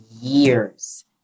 years